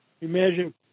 imagine